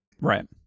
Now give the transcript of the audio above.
Right